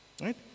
Right